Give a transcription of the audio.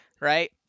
Right